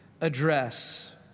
address